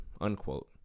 unquote